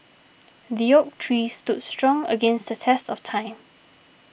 the oak tree stood strong against the test of time